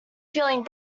feeling